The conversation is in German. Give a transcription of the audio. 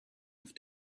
auf